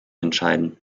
entscheiden